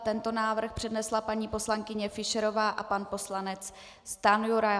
Tento návrh přednesla paní poslankyně Fischerová a pan poslanec Stanjura.